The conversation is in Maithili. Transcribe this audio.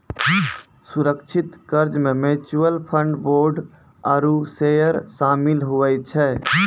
सुरक्षित कर्जा मे म्यूच्यूअल फंड, बोंड आरू सेयर सामिल हुवै छै